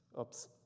Oops